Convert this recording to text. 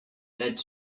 that